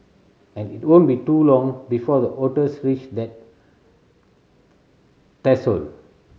and it won't be too long before the otters reach that threshold